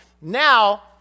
Now